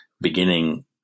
beginning